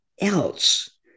else